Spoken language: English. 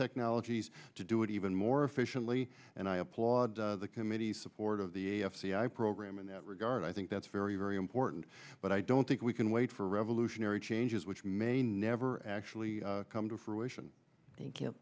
technologies to do it even more efficiently and i applaud the committee's support of the sci program in that regard i think that's very very important but i don't think we can wait for revolutionary changes which may never actually come to fruition thank you